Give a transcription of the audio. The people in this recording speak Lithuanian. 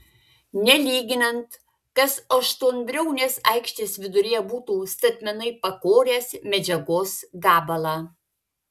nelyginant kas aštuonbriaunės aikštės viduryje būtų statmenai pakoręs medžiagos gabalą